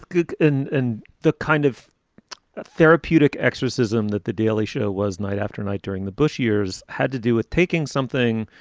good. and and the kind of therapeutic exorcism that the daily show was night after night during the bush years had to do with taking something.